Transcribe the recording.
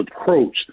approach